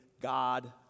God